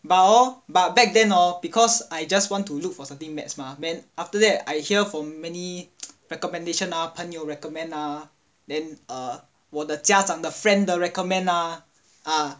but hor but back then hor because I just want to look for something maths mah then after that I hear from many recommendation ah 朋友 recommend ah then err 我的家长的 friend the recommend ah